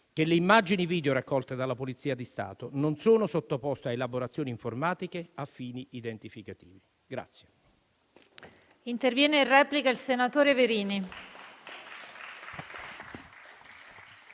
che le immagini video raccolte dalla Polizia di Stato non sono sottoposte a elaborazioni informatiche a fini identificativi.